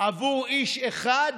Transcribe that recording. עבור איש אחד.